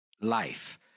life